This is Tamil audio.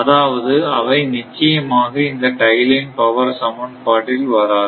அதாவது அவை நிச்சயமாக இந்த டை லைன் பவர் சமன்பாட்டில் வராது